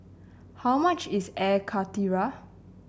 how much is Air Karthira